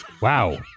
Wow